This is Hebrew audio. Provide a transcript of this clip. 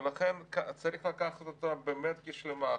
ולכן צריך לקחת אותה באמת כשלמה.